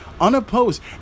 unopposed